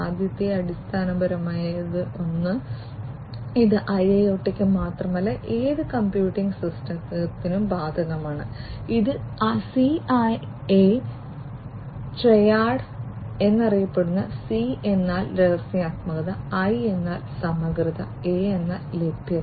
ആദ്യത്തേത് അടിസ്ഥാനപരമായ ഒന്നാണ് ഇത് IIoT ക്ക് മാത്രമല്ല ഏത് കമ്പ്യൂട്ടിംഗ് സിസ്റ്റത്തിനും ബാധകമാണ് ഇത് CIA ട്രയാഡ് എന്നറിയപ്പെടുന്നു C എന്നാൽ രഹസ്യാത്മകത I എന്നത് സമഗ്രത A എന്നത് ലഭ്യത